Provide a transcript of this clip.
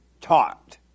taught